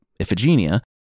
Iphigenia